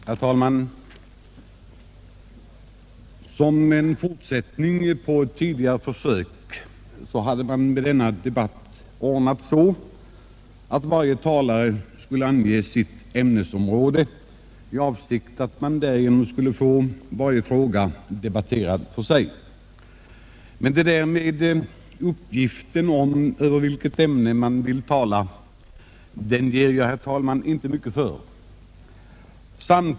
Herr talman! Som en fortsättning av tidigare försök hade man vid denna debatt ordnat det så att varje talare skulle ange sitt ämnesområde i avsikt att man därigenom skulle få varje fråga debatterad för sig. Men det där med uppgiften om över vilket ämne man ville tala ger jag, herr talman, inte mycket för.